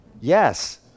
Yes